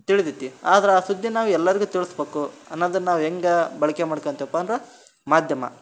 ತಿಳಿತದೆ ಆದ್ರೆ ಆ ಸುದ್ದಿನಾ ನಾವು ಎಲ್ಲರಿಗೂ ತಿಳಿಸ್ಬೇಕು ಅನ್ನೋದನ್ನು ನಾವು ಹೇಗೆ ಬಳಕೆ ಮಾಡ್ಕೋತೀವಪ್ಪ ಅಂದ್ರೆ ಮಾಧ್ಯಮ